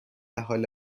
حال